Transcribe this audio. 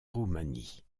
roumanie